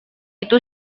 itu